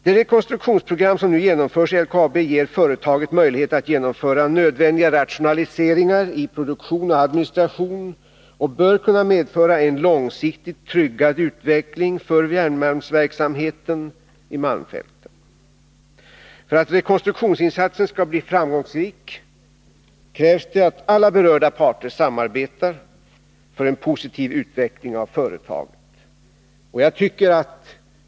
Det rekonstruktionsprogram som nu genomförs i LKAB ger företaget möjlighet att få till stånd nödvändiga rationaliseringar i produktion och administration och bör kunna medföra en långsiktigt tryggad utveckling för järnmalmsverksamheten i malmfälten. För att rekonstruktionsinsatsen skall bli framgångsrik krävs det att alla berörda parter samarbetar för en positiv utveckling av företaget.